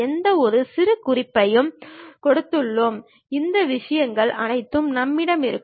எந்தவொரு சிறுகுறிப்பையும் கொடுத்துள்ளோம் இந்த விவரங்கள் அனைத்தும் நம்மிடம் இருக்கும்